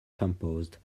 composed